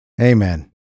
Amen